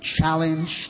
challenged